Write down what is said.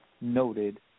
noted